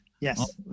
Yes